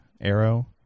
arrow